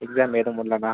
exam எழுத முடியலைன்னா